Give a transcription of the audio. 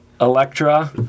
Electra